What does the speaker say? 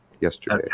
yesterday